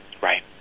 Right